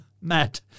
Matt